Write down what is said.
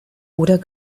oder